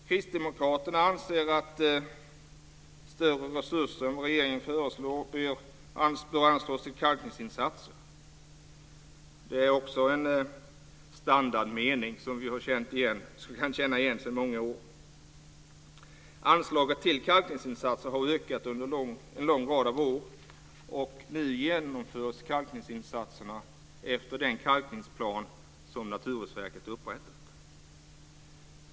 Kristdemokraterna anser att större resurser än vad regeringen föreslår bör anslås till kalkningsinsatser. Det är också en standardmening, som vi kan känna igen sedan många år. Anslaget till kalkningsinsatser har ökat under en lång rad av år, och nu genomförs kalkningsinsatserna efter den kalkningsplan som Naturvårdsverket har upprättat.